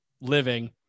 living